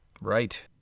Right